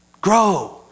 Grow